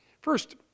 First